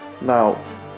Now